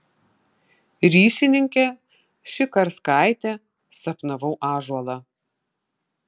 ryšininkė šikarskaitė sapnavau ąžuolą